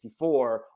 1964